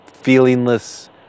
Feelingless